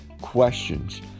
questions